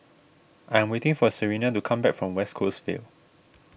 I am waiting for Serina to come back from West Coast Vale